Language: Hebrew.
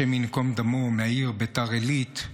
השם ייקום דמו, מהעיר ביתר עילית,